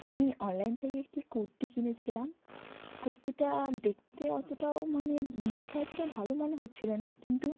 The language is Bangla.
আমি অনলাইন থেকে একটি কুর্তি কিনেছিলাম কুর্তিটা দেখতে অতটাও মানে দেখে অতটাও ভালো মনে হচ্ছিলো না কিন্তু